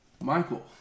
Michael